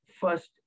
first